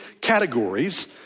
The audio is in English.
categories